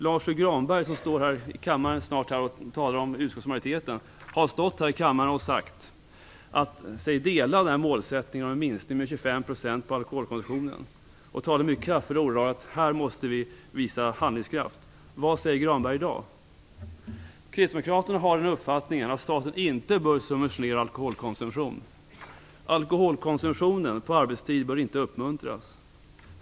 Lars U Granberg, som snart kommer att tala för utskottsmajoriteten, har här i kammaren sagt sig dela den målsättning om en minskning med 25 % av alkoholkonsumtionen och talat i mycket kraftfulla ordalag om att vi måste visa handlingskraft. Vad säger Kristdemokraterna har uppfattningen att staten inte bör subventionera alkholkonsumtion. Alkoholkonsumtion på arbetstid bör inte uppmuntras.